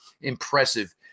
impressive